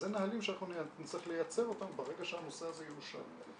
אז אלה נהלים שנצטרך לייצר אותם ברגע שהנושא הזה יאושר.